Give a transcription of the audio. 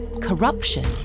corruption